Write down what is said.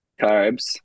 carbs